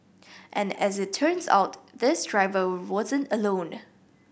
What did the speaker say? and as it turns out this driver wasn't alone